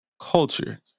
culture